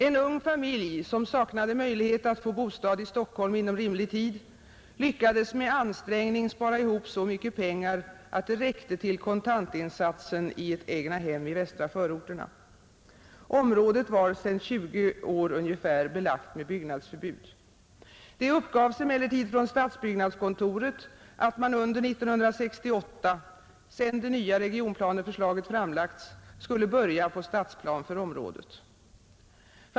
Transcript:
En ung familj som saknade möjlighet att få bostad i Stockholm inom rimlig tid lyckades med ansträngning spara ihop så mycket pengar att det räckte till kontantinsatsen i ett egnahem i västra förorterna. Området var sedan cirka 20 år belagt med byggnadsförbud. Det uppgavs emellertid från stadsbyggnadskontoret att man under 1968 — sedan det nya regionplaneförslaget framlagts — skulle börja på stadsplan för området.